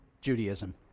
Judaism